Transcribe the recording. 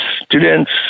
students